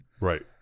Right